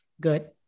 Good